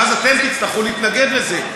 ואז אתם תצטרכו להתנגד לזה,